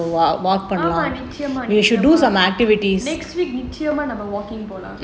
ஆமா நிச்சயமா நம்ம போலாம்:aamaa nichayama namma polaam